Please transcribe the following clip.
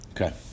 Okay